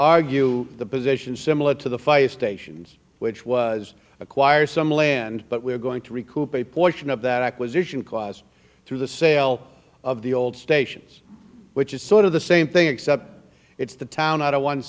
argue the position similar to the fire stations which was acquire some land but we're going to recoup a portion of that acquisition cost through the sale of the old stations which is sort of the same thing except it's the town out of one